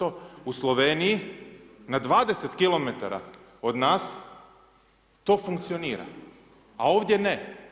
U Sloveniji na 20 km od nas to funkcionira, a ovdje ne.